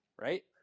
Right